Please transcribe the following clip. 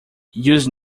use